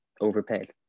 overpaid